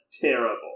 terrible